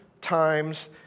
times